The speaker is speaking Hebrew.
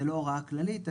זו לא הוראה כללית,